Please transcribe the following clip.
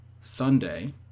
Sunday